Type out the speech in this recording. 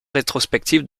rétrospectives